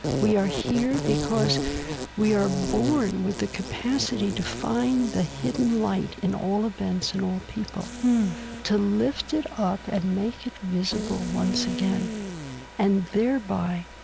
we are here because we are born with the capacity to find the hidden light in all events and all people to lift it up and make it visible once again and, thereby,